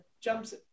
jumps